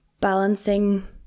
balancing